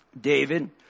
David